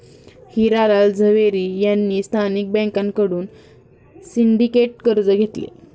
हिरा लाल झवेरी यांनी स्थानिक बँकांकडून सिंडिकेट कर्ज घेतले